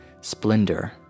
splendor